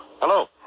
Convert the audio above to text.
Hello